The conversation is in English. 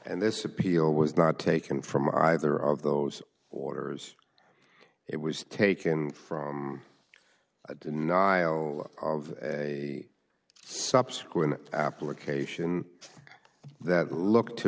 and this appeal was not taken from either of those orders it was taken from a denial of a subsequent application that looked to